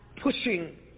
pushing